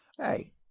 Hey